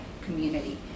community